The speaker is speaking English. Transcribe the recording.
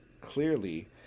clearly